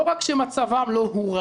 לא רק שמצבם לא הורע,